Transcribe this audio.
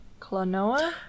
Clonoa